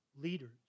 leaders